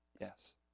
yes